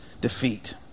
defeat